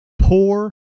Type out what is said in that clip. poor